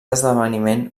esdeveniment